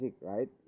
right